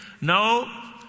No